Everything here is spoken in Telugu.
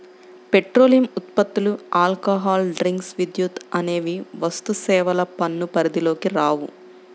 పెట్రోలియం ఉత్పత్తులు, ఆల్కహాల్ డ్రింక్స్, విద్యుత్ అనేవి వస్తుసేవల పన్ను పరిధిలోకి రావు